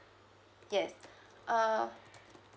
yes uh